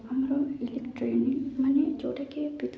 ଆମର ଇଲେକ୍ଟ୍ରିକ୍ ମାନେ ଯେଉଁଟାକି